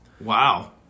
Wow